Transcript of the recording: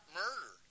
murder